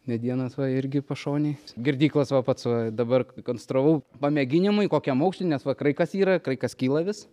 medienos va irgi pašonėj girdyklas va pats va dabar konstravau pamėginimui kokiam aukšty nes va kraikas yra kraikas kyla vis